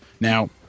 Now